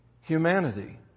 humanity